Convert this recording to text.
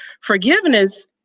Forgiveness